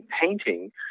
painting